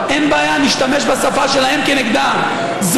אי-אפשר להישאר אדישים לנוכח עומק התופעה המחרידה הזאת.